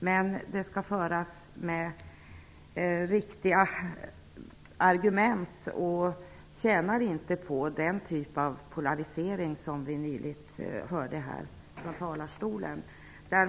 Men den skall föras med riktiga argument. Den tjänar inte på den typ av polarisering som vi nyss hörde uttryck för från talarstolen.